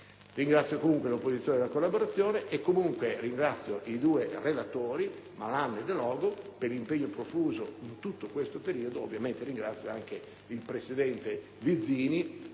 Ringrazio comunque l'opposizione per la collaborazione e ringrazio i due relatori, i senatori Malan e Delogu, per l'impegno profuso in tutto questo periodo. Ovviamente, ringrazio anche il presidente Vizzini